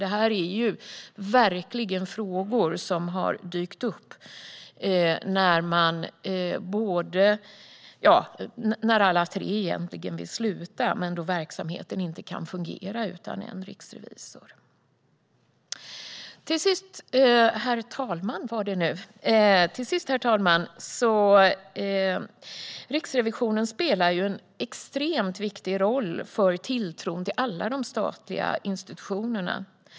Det här är frågor som har dykt upp då alla tre riksrevisorerna egentligen vill sluta men verksamheten inte kan fungera utan en riksrevisor. Herr talman! Riksrevisionen spelar en extremt viktig roll för tilltron till alla de statliga institutionerna.